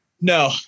No